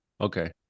Okay